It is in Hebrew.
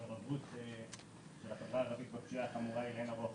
המעורבות של החברה הערבית בפשיעה החמורה היא גבוהה לאין ערוך